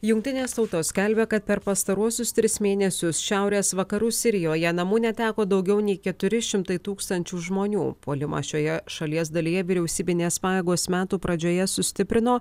jungtinės tautos skelbia kad per pastaruosius tris mėnesius šiaurės vakarų sirijoje namų neteko daugiau nei keturi šimtai tūkstančių žmonių puolimą šioje šalies dalyje vyriausybinės pajėgos metų pradžioje sustiprino